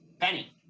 penny